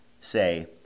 say